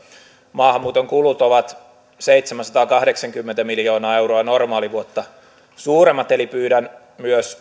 maahanmuuton kulut ovat seitsemänsataakahdeksankymmentä miljoonaa euroa normaalivuotta suuremmat eli pyydän myös